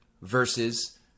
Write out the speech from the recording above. versus